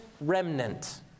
remnant